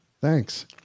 Thanks